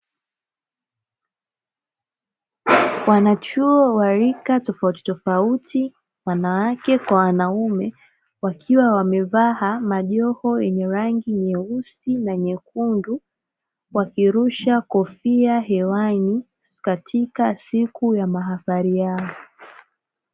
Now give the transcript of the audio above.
Wanachuo wa rika tofautitofauti wanawake kwa wanaume wakiwa wamevaa majiho yenye rangi nyeusi na nyekundu wakirusha kofia hewani katika siku ya mahafali yao